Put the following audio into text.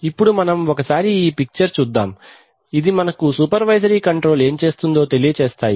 ఇప్పుడు మనం ఒకసారి ఈ పిక్చర్స్ చూద్దాం ఇది మనకు సూపెర్వైజరీ కంట్రోల్ ఏం చేస్తుందో తెలియచేస్తాయి